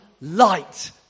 light